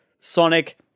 Sonic